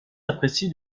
apprécié